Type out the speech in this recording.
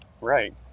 Right